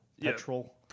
Petrol